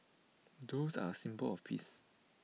doves are symbol of peace